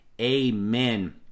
Amen